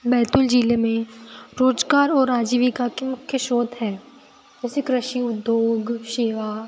बैतुल ज़िले में रोज़गार और आजीविका के मुख्य स्त्रोत हैं जैसे कृषि उद्योग सेवा